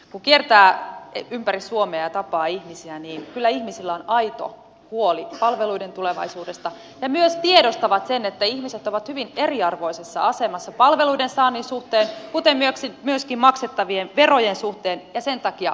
kun kiertää ympäri suomea ja tapaa ihmisiä niin kyllä ihmisillä on aito huoli palveluiden tulevaisuudesta ja he myös tiedostavat sen että ihmiset ovat hyvin eriarvoisessa asemassa palveluiden saannin kuten myöskin maksettavien verojen suhteen ja sen takia kuntauudistus tarvitaan